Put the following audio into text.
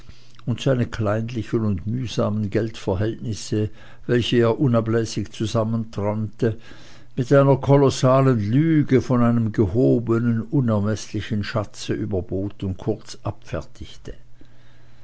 und seine kleinlichen und mühsamen geldverhältnisse welche er unablässig zusammenträumte mit einer kolossalen lüge von einem gehobenen unermeßlichen schatze überbot und kurz abfertigte